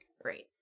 Great